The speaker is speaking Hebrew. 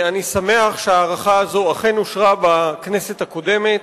אני שמח שההארכה הזו אכן אושרה בכנסת הקודמת.